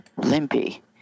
Limpy